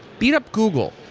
beat up google.